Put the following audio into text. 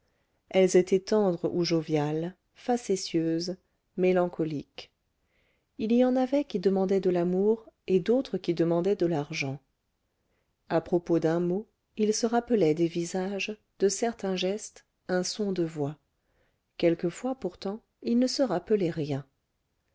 elles étaient tendres ou joviales facétieuses mélancoliques il y en avait qui demandaient de l'amour et d'autres qui demandaient de l'argent à propos d'un mot il se rappelait des visages de certains gestes un son de voix quelquefois pourtant il ne se rappelait rien